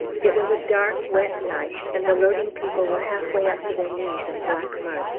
it was a dark wet night, and the loading people were half-way up to their knees in black mud,